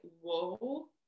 whoa